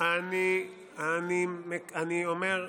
אחרי מה שעשית בשבוע האחרון, אפשר, אני אומר,